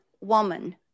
woman